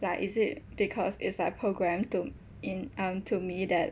like is it because it's like programmed to in um to me that